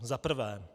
Za prvé.